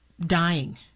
dying